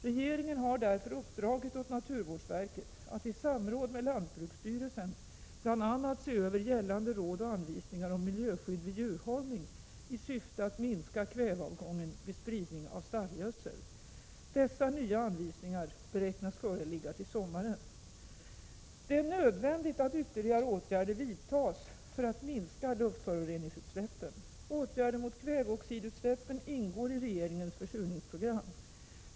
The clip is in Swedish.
Regeringen har därför uppdragit åt naturvårdsverket att i samråd med lantbruksstyrelsen bl.a. se över gällande råd och anvisningar om miljöskydd vid djurhållning i syfte att minska kväveavgången vid spridning av stallgödsel. Dessa nya anvisningar beräknas föreligga till sommaren. Det är nödvändigt att ytterligare åtgärder vidtas för att minska luftföroreningsutsläppen. Åtgärder mot kväveoxidutsläppen ingår i regeringens försurningsprogram.